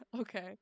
Okay